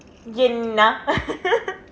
என்ன:enna